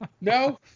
No